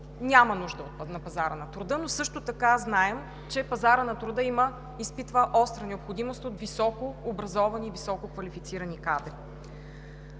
няма нужда на пазара на труда, но също така знаем, че пазарът на труда изпитва остра необходимост от високо образовани и високо квалифицирани кадри.